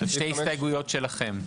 יש שתי הסתייגויות שלכם.